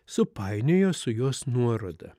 supainiojo su jos nuoroda